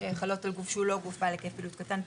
שחלות על גוף שהוא לא בעל היקף פעילות קטן.